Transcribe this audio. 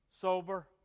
sober